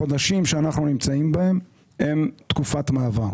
החודשים שאנחנו נמצאים בהם, הם תקופת מעבר.